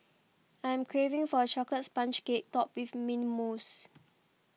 I am craving for a chocolates sponge cake topped with Mint Mousse